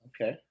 Okay